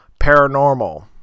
paranormal